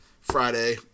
Friday